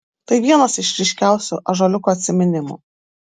tai vienas iš ryškiausių ąžuoliuko atsiminimų